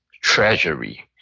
treasury